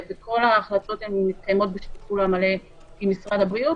כל ההחלטות מתקיימות בשיתוף פעולה מלא עם משרד הבריאות,